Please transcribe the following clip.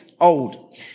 old